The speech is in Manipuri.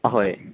ꯑꯍꯣꯏ